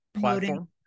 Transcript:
platform